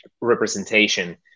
representation